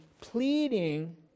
pleading